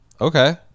okay